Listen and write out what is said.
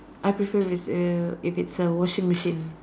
I prefer it's a if it's a washing machine